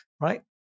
Right